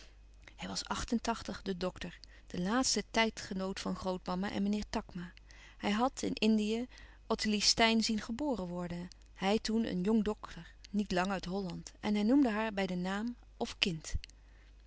hij was acht en tachtig de dokter de laatste tijdgenoot van grootmama en meneer takma hij had in indië ottilie steyn zien geboren worden hij toen een jong dokter niet lang uit holland en hij noemde haar bij den naam of kind